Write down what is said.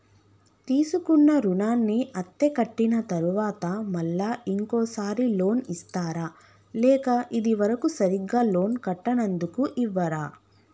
తీసుకున్న రుణాన్ని అత్తే కట్టిన తరువాత మళ్ళా ఇంకో సారి లోన్ ఇస్తారా లేక ఇది వరకు సరిగ్గా లోన్ కట్టనందుకు ఇవ్వరా?